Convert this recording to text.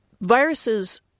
Viruses